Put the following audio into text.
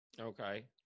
Okay